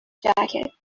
jacket